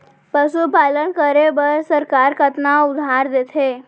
पशुपालन करे बर सरकार कतना उधार देथे?